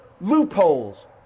loopholes